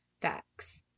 facts